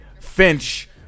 finch